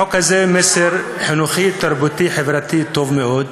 החוק הזה הוא מסר חינוכי, תרבותי וחברתי טוב מאוד,